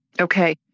Okay